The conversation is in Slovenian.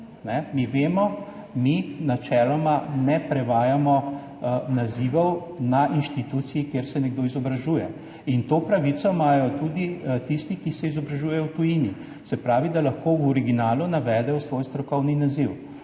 Mi vemo, da mi načeloma ne prevajamo nazivov na inštituciji, kjer se nekdo izobražuje. In to pravico imajo tudi tisti, ki se izobražujejo v tujini. Se pravi, da lahko v originalu navedejo svoj strokovni naziv.